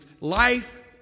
life